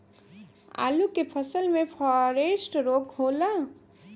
आलू के फसल मे फारेस्ट रोग होला?